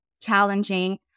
challenging